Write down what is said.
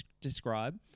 describe